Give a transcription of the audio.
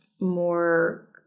more